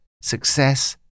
Success